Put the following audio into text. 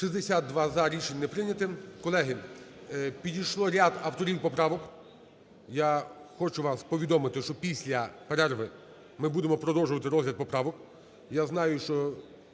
62 - за, рішення не прийнято. Колеги, підійшло ряд авторів поправок. Я хочу вас повідомити, що після перерви ми будемо продовжувати розгляд поправок.